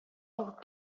алып